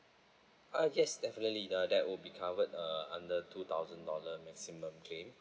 uh yes definitely uh that will be covered uh under two thousand dollar maximum claim